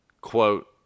Quote